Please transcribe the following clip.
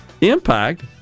impact